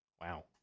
Wow